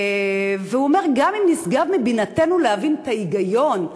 והוא אומר, גם אם נשגב מבינתנו להבין את ההיגיון,